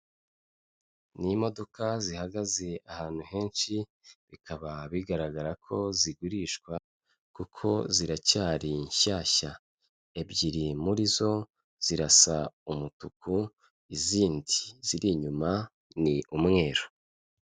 Ni imodoka zihagaze ahantu henshi bikaba bigaragara ko zigurishwa kuko ziracyari nshyashya, ebyiri muri zo zirasa umutuku izindi ziri inyuma ni umweru.